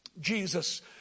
Jesus